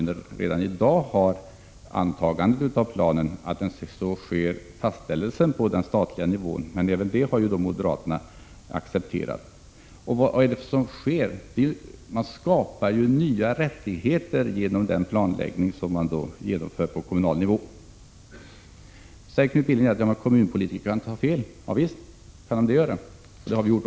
Redan i dag antar kommuner planer som sedan fastställs på statlig nivå. Även detta har moderaterna accepterat. Knut Billing säger att en kommunpolitiker kan ta fel. Javisst — och det har också vi gjort.